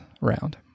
round